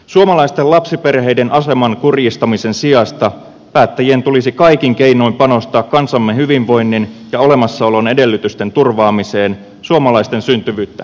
suomalaisten lapsiperheiden aseman kurjistamisen sijasta päättäjien tulisi kaikin keinoin panostaa kansamme hyvinvoinnin ja olemassaolon edellytysten turvaamiseen suomalaisten syntyvyyttä vauhdittamalla